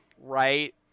right